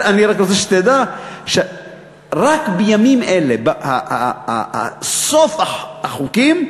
אני רק רוצה שתדע, רק בימים אלה, סוף החוקים,